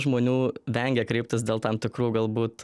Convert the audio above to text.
žmonių vengia kreiptis dėl tam tikrų galbūt